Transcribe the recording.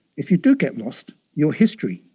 if you do get lost, you're history,